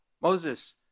Moses